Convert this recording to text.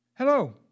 Hello